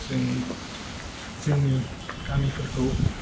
जों जोंनि गामिफोरखौ